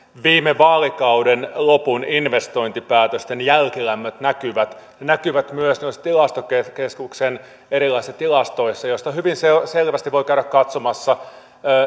viime vaalikauden lopun investointipäätösten jälkilämmöt näkyvät ne näkyvät myös näissä tilastokeskuksen erilaisissa tilastoissa joista hyvin selvästi voi käydä katsomassa